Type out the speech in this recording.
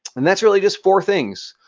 and that's really just four things.